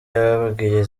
yababwiye